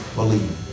Believe